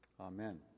Amen